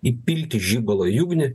įpilti žibalo į ugnį